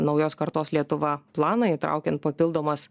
naujos kartos lietuva planą įtraukiant papildomas